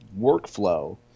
workflow